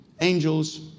angels